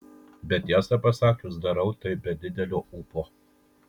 bet tiesą pasakius darau tai be didelio ūpo